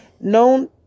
known